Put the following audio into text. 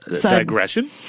digression